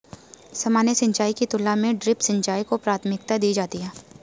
सामान्य सिंचाई की तुलना में ड्रिप सिंचाई को प्राथमिकता दी जाती है